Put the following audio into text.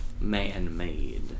man-made